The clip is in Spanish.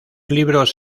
libros